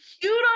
cute